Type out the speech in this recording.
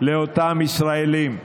לאותם ישראלים,